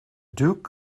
duke